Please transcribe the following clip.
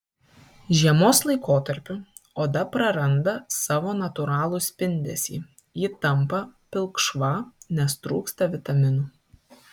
žiemos laikotarpiu oda praranda savo natūralų spindesį ji tampa pilkšva nes trūksta vitaminų